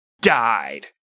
Died